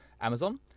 Amazon